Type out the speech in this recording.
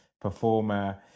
performer